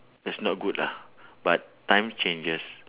it's not good lah but time changes